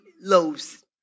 loaves